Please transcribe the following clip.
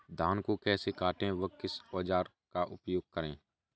धान को कैसे काटे व किस औजार का उपयोग करें?